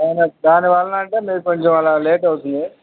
madam దానివల్ల అంటే మీకు కొంచెం అలా లేట్ అవుతుంది